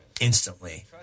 instantly